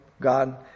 God